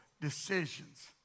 decisions